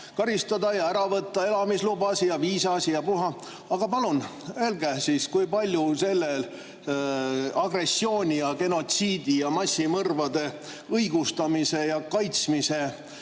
karistada ja ära võtta elamislubasid ja viisasid ja puha. Aga palun öelge siis, kui palju selle agressiooni ja genotsiidi ja massimõrvade õigustamise ja kaitsmise